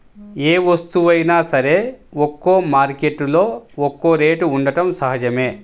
ఏ వస్తువైనా సరే ఒక్కో మార్కెట్టులో ఒక్కో రేటు ఉండటం సహజమే